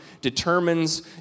determines